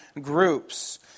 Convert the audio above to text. groups